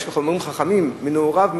אומרים חכמים: מנעוריו,